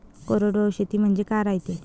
कोरडवाहू शेती म्हनजे का रायते?